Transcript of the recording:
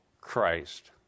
Christ